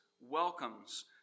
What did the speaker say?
welcomes